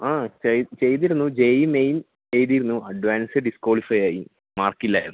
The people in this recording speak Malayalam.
ആ ചെയ്ത് ചെയ്തിരുന്നു ജെഈ മെയിൻ എഴുതിയിരുന്നു അഡ്വാൻസ് ഡിസ് ക്വാളിഫയ് ആയി മാർക്ക് ഇല്ല